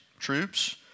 troops